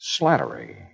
slattery